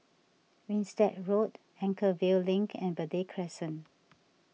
Winstedt Road Anchorvale Link and Verde Crescent